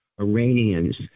Iranians